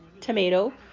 tomato